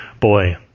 Boy